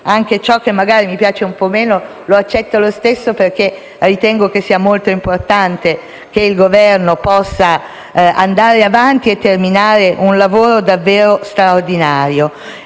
anche ciò che mi piace un po' meno lo accetto lo stesso, perché ritengo sia molto importante che il Governo possa andare avanti e terminare un lavoro davvero straordinario.